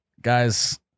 guys